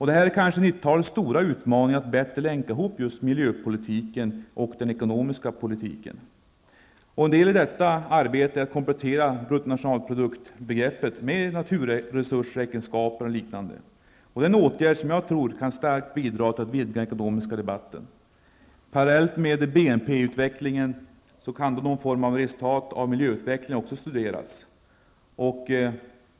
Det är kanske 90-talets stora utmaning att bättre länka ihop miljöpolitiken och den ekonomiska politiken. En del av detta arbete är att komplettera BNP begreppet med naturresursräkenskaper och liknande. Det är en åtgärd som jag tror starkt kan bidra till att vidga den ekonomiska debatten. Parallellt med BNP-utvecklingen kan någon form av resultat av miljöutvecklingen studeras.